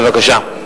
בבקשה.